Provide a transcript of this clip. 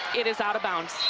it is out of bounds.